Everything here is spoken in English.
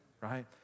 Right